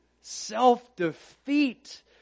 self-defeat